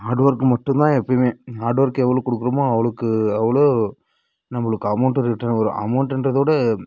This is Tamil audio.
ஹார்டு ஒர்க் மட்டும் தான் எப்பயுமே ஹார்டு ஒர்க்கு எவ்வளோ கொடுக்குறமோ அவ்வளோக்கு அவ்வளோ நம்முளுக்கு அமௌண்ட்டு ரிட்டன் வரும் அமௌண்ட்டுன்றதை விட